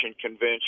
convention